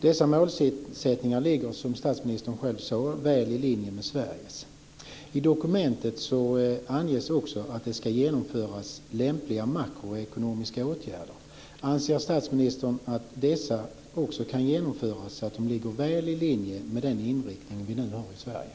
Dessa målsättningar ligger, som statsministern själv sade, väl i linje med Sveriges. I dokumentet anges också att det ska genomföras lämpliga makroekonomiska åtgärder. Anser statsministern att även dessa kan genomföras så att de ligger väl i linje med den inriktning som vi nu har Sverige?